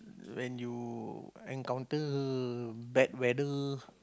when you encounter bad weather